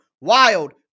Wild